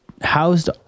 housed